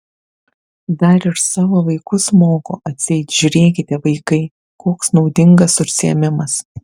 dar ir savo vaikus moko atseit žiūrėkite vaikai koks naudingas užsiėmimas